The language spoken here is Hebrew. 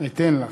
אתן לך.